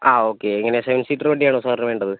ആ ഓക്കേ എങ്ങനെയാണ് seven seater വണ്ടിയാണോ സാറിന് വേണ്ടത്